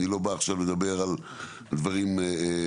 אני לא בא עכשיו לדבר על דברים אחרים.